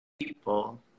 People